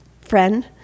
friend